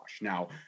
Now